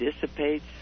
dissipates